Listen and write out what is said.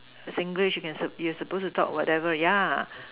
Singlish you can you supposed to talk whatever ya